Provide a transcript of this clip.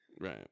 right